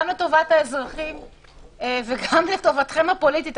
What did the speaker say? גם לטובת האזרחים וגם לטובתכם הפוליטית,